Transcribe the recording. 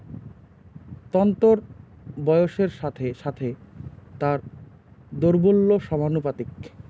তন্তুর বয়সের সাথে সাথে তার দৌর্বল্য সমানুপাতিক